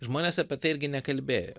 žmonės apie tai irgi nekalbėjo